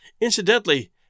Incidentally